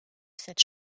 cette